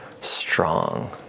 strong